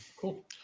Cool